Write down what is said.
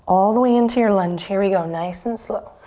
all the way into your lunge, here we go, nice and slow.